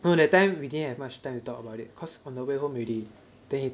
no that time we didn't have much time to talk about it cause on the way home already then he